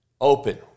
open